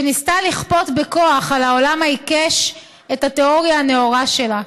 שניסתה לכפות בכוח על העולם העיקש את התיאוריה הנאורה שלה.